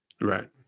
Right